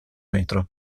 metro